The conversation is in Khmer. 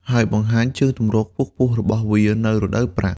ហើយបង្ហាញជើងទម្រខ្ពស់ៗរបស់វានៅរដូវប្រាំង។